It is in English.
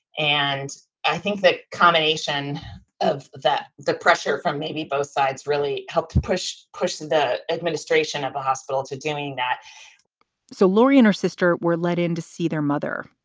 and i think that combination of that, the pressure from maybe both sides really helped push chris in the administration of a hospital to doing that so laura and her sister were let in to see their mother.